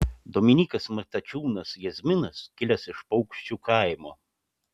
dominykas matačiūnas jazminas kilęs iš paukščiu kaimo